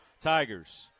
Tigers